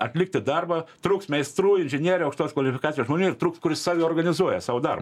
atlikti darbą truks meistrų inžinierių aukštos kvalifikacijos ir truks kuris save organizuoja sau darbą